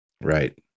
Right